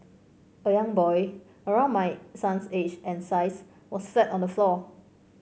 a young boy around my son's age and size was flat on the floor